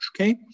Okay